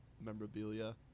memorabilia